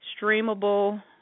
streamable